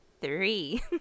Three